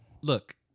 look